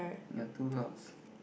ya two halves